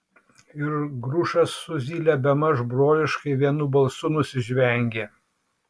ir grušas su zyle bemaž broliškai vienu balsu nusižvengė